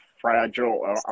fragile